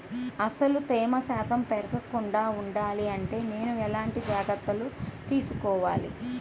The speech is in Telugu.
అసలు తేమ శాతం పెరగకుండా వుండాలి అంటే నేను ఎలాంటి జాగ్రత్తలు తీసుకోవాలి?